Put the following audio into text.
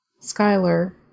Skyler